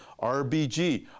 RBG